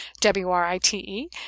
W-R-I-T-E